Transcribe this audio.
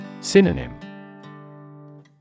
Synonym